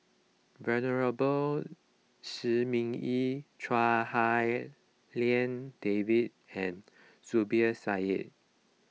Venerable Shi Ming Yi Chua Hak Lien Dave and Zubir Said